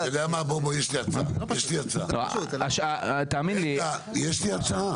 אתה יודע מה בוא יש לי הצעה, רגע יש לי הצעה.